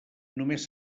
només